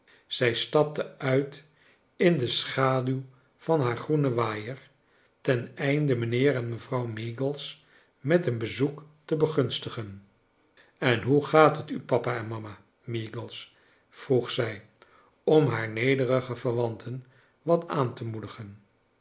zij stapte uit in de schaduw van haar groenen waaier ten einde mijnheer en mevrouw meagles met een bezoek te begunstigen en hoe gaat het u papa en mama meagles vroeg zij om haar nederige verwanten wat aan te moedigen